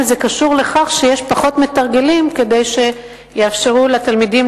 זה קשור לכך שיש פחות מתרגלים כדי שיאפשרו לתלמידים